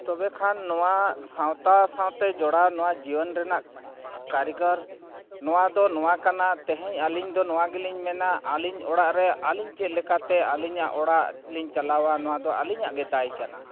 ᱛᱚᱵᱮ ᱠᱷᱟᱱ ᱱᱚᱣᱟ ᱥᱟᱶᱛᱟ ᱥᱟᱶᱛᱮ ᱡᱚᱲᱟᱣ ᱱᱚᱣᱟ ᱡᱤᱭᱚᱱ ᱨᱮᱱᱟᱜ ᱠᱟᱹᱨᱤᱜᱚᱨ ᱱᱚᱣᱟ ᱫᱚ ᱱᱚᱣᱟ ᱠᱟᱱᱟ ᱛᱮᱦᱮᱧ ᱟᱹᱞᱤᱧ ᱫᱚ ᱱᱚᱣᱟ ᱜᱮᱞᱤᱧ ᱢᱮᱱᱟ ᱟᱹᱞᱤᱧ ᱚᱲᱟᱜ ᱨᱮ ᱟᱹᱞᱤᱧ ᱪᱮᱫ ᱞᱮᱠᱟᱛᱮ ᱟᱹᱞᱤᱧᱟᱜ ᱚᱲᱟᱜᱞᱤᱧ ᱪᱟᱞᱟᱣᱟ ᱱᱚᱣᱟ ᱫᱚ ᱟᱹᱞᱤᱧᱟᱜ ᱜᱮ ᱫᱟᱭ ᱠᱟᱱᱟ